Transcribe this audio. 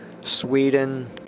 Sweden